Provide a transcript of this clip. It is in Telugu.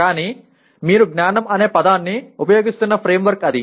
కానీ మీరు జ్ఞానం అనే పదాన్ని ఉపయోగిస్తున్న ఫ్రేంవర్క్ అది